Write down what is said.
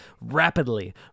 rapidly